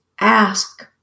ask